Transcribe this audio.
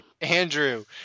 Andrew